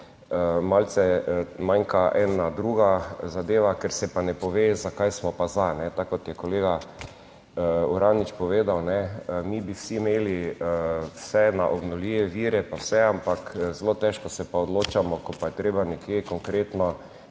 malce, manjka ena druga zadeva, ker se pa ne pove zakaj smo pa za, tako kot je kolega Uranič povedal. Mi bi vsi imeli vse na obnovljive vire pa vse, ampak zelo težko se pa odločamo, ko pa je treba nekje konkretno